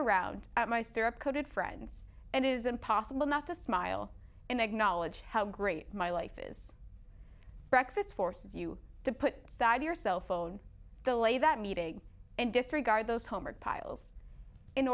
around at my syrup coated friends and it is impossible not to smile and knowledge how great my life is breakfast forces you to put aside your cell phone the lady that meeting and disregard those homework piles in